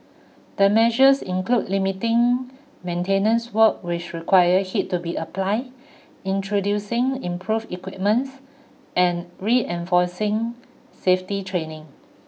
the measures include limiting maintenance work which requires heat to be applied introducing improved equipments and reinforcing safety training